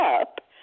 up